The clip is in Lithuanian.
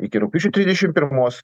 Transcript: iki rugpjūčio trisdešimt pirmos